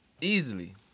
Easily